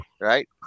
Right